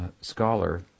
scholar